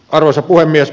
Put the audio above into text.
arvoisa puhemies